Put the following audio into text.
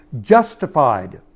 Justified